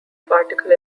particle